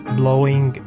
blowing